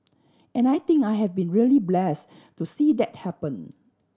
and I think I have been really blessed to see that happen